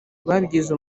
babigize